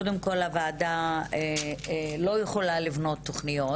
קודם כל הוועדה לא יכולה לבנות תוכניות.